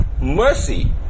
mercy